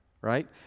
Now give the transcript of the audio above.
right